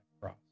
cross